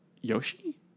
Yoshi